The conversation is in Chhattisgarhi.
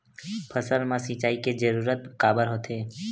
फसल मा सिंचाई के जरूरत काबर होथे?